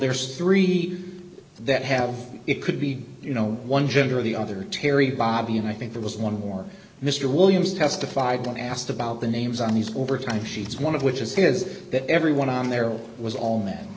there's three that have it could be you know one gender or the other terry bobbie and i think there was one more mr williams testified when asked about the names on these over time sheets one of which is because that everyone on there was all men